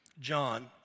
John